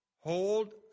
hold